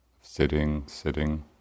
sitting-sitting